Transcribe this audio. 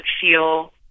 feel